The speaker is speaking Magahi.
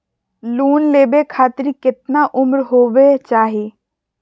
लोन लेवे खातिर केतना उम्र होवे चाही?